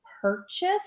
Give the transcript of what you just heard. purchase